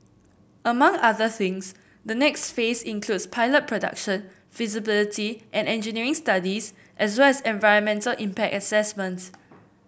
among other things the next phase includes pilot production feasibility and engineering studies as well as environmental impact assessments